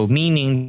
meaning